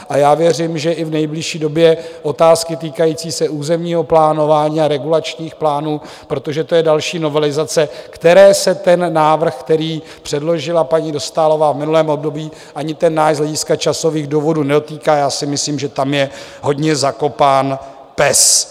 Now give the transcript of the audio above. A já věřím, že i v nejbližší době otázky týkající se územního plánování a regulačních plánů, protože to je další novelizace, které se ten návrh, který předložila paní Dostálová v minulém období, ani ten náš z hlediska časových důvodů nedotýká, já si myslím, že tam je hodně zakopán pes.